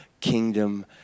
kingdom